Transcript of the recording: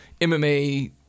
MMA